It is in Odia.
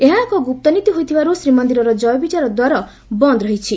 ଏହା ଏକ ଗୁପ୍ତ ନୀତି ହୋଇଥିବାରୁ ଶ୍ରୀମନ୍ଦିରର କୟବିଜୟ ଦ୍ୱାର ବନ୍ଦ ରହିଛି